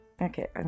Okay